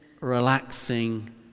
relaxing